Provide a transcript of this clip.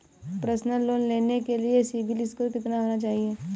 Personal loan लेने के लिए सिबिल स्कोर कितना होना चाहिए?